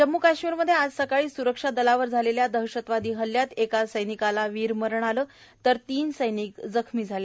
जम्मू काश्मीरमध्ये आज सकाळी स्रक्षा दलावर झालेल्या दहशतवादी हल्ल्यात एका सैनिकाला वीरमरण आलं तर तीन सैनिक जखमी झाले